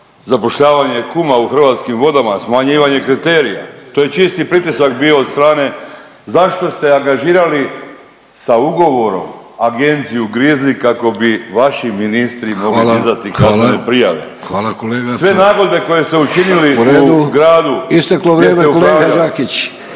zapošljavanje kuma u Hrvatskim vodama, smanjivanje kriterija. To je čisti pritisak bio od strane. Zašto ste angažirali sa ugovorom agenciju Grizli kako bi vaši ministri mogli dizati kaznene prijave. **Vidović, Davorko (Socijaldemokrati)**